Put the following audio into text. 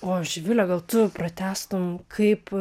o živile gal tu pratęstum kaip